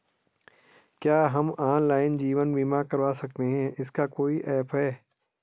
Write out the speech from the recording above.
क्या हम ऑनलाइन जीवन बीमा करवा सकते हैं इसका कोई ऐप है?